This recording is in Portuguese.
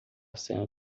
sendo